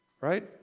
Right